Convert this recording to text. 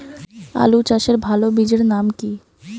আলু চাষের ভালো বীজের নাম কি?